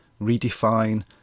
Redefine